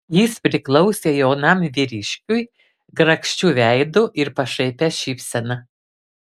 jis priklausė jaunam vyriškiui grakščiu veidu ir pašaipia šypsena